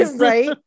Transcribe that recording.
Right